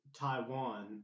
Taiwan